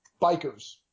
bikers